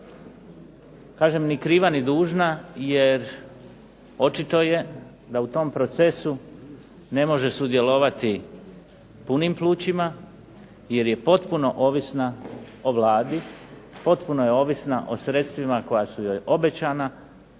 Kažem ni kriva ni dužna jer očito je da u tom procesu ne može sudjelovati punim plućima, jer je potpuno ovisna o Vladi, potpuno je ovisna o sredstvima koja su joj obećana,